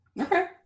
okay